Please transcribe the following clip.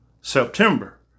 September